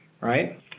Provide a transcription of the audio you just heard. right